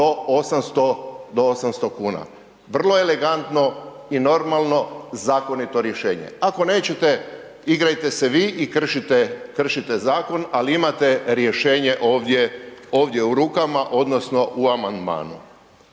do 800 kuna. Vrlo elegantno i normalno zakonito rješenje. Ako nećete igrajte se vi i kršite, kršite zakon ali imate rješenje ovdje u rukama odnosno u amandmanu.